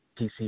PC